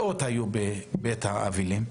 מאות היו בבית האבלים.